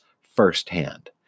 firsthand